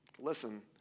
Listen